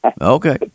okay